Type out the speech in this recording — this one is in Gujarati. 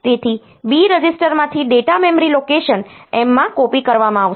તેથી B રજીસ્ટરમાંથી ડેટા મેમરી લોકેશન M માં કોપી કરવામાં આવશે